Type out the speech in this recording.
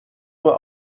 nur